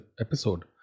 episode